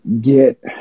get